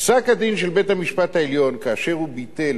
פסק-הדין של בית-המשפט העליון, כאשר הוא ביטל